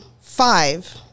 five